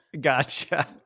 gotcha